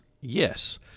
Yes